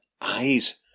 eyes